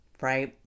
Right